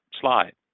slide